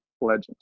legend